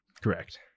Correct